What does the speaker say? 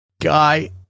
guy